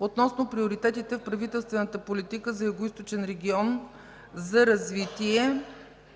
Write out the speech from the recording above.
относно приоритетите в правителствената политика в Югоизточния регион за развитие,